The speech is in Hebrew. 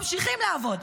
ממשיכים לעבוד.